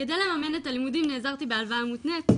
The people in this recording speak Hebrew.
כדי לממן את הלימודים נעזרתי בהלוואה מותנית.